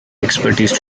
expertise